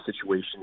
situation